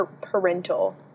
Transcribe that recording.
parental